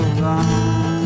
Alone